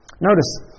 notice